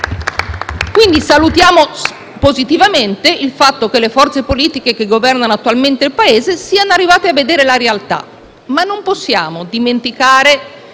Quindi salutiamo positivamente il fatto che le forze politiche che governano attualmente il Paese siano arrivate a vedere la realtà, ma non possiamo dimenticare